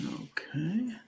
Okay